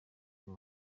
uwo